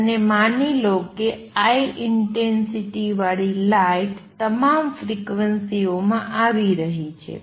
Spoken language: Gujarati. અને માની લો કે I ઇંટેંસિટી વાળી લાઇટ તમામ ફ્રિક્વન્સીઓમાં આવી રહી છે